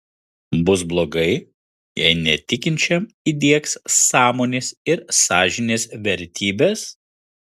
bus blogai jei netikinčiam įdiegs sąmonės ir sąžinės vertybes